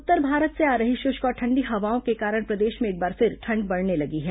मौसम उत्तर भारत से आ रही शुष्क और ठंडी हवाओं के कारण प्रदेश में एक बार फिर ठंड बढ़ने लगी है